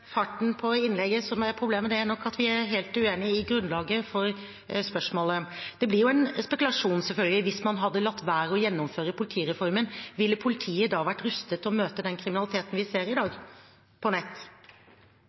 er nok at vi er helt uenige i grunnlaget for spørsmålet. Det blir en spekulasjon, selvfølgelig: Hvis man hadde latt være å gjennomføre politireformen, ville politiet da vært rustet til å møte den kriminaliteten vi ser i dag på nett?